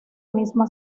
misma